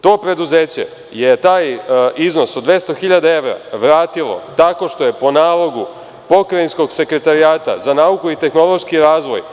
To preduzeće je taj iznos od 200 hiljada evra vratilo tako što je po nalogu pokrajinskog sekretarijata za nauku i tehnološki razvoj…